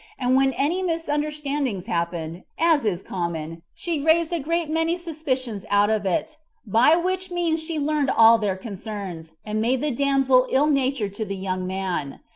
and when any misunderstandings happened, as is common, she raised a great many suspicions out of it by which means she learned all their concerns, and made the damsel ill-natured to the young man.